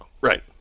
Right